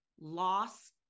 loss